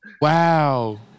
Wow